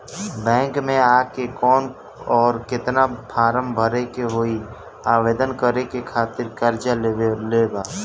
Bank मे आ के कौन और केतना फारम भरे के होयी आवेदन करे के खातिर कर्जा लेवे ला?